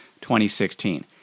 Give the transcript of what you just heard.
2016